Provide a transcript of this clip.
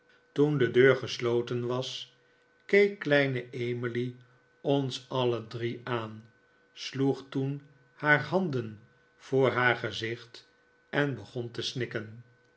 toen de deur gesloten was keek kleine emily ons alle drie aan sloeg toen haar handen voor haar gezicht en begon te snikken